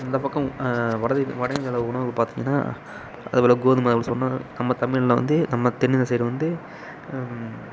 அந்த பக்கம் வட வட இந்தியாவில் உணவுகள் பார்த்திங்கன்னா அது போல கோதுமை சொன்னோன்ன நம்ம தமிழில் வந்து நம்ம தென் இந்தியா சைடில் வந்து